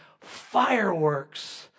fireworks